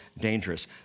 dangerous